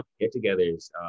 get-togethers